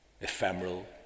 ephemeral